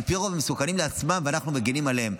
על פי רוב, הם מסוכנים לעצמם ואנחנו מגינים עליהם.